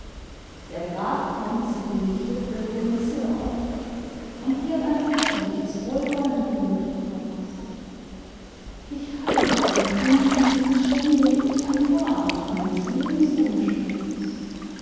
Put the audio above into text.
der graf kommt seitdem ich witwe bin sehr oft und kehrt ein väterliches wohlwollen für mich heraus ich habe das empfinden als stände ich am vorabend meines